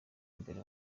mbere